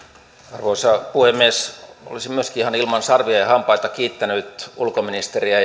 arvoisa puhemies olisin myöskin ihan ilman sarvia ja hampaita kiittänyt ulkoministeriä